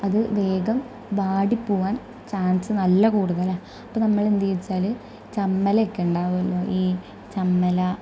അത് വേഗം വാടിപ്പോവാൻ ചാൻസ് നല്ല കൂടുതലാണ് അപ്പം നമ്മൾ എന്ത് ചെയ്യുച്ചാല് ചമ്മലക്കെ ഉണ്ടാവുമല്ലോ ഈ ചമ്മലാ